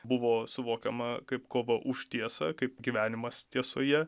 buvo suvokiama kaip kova už tiesą kaip gyvenimas tiesoje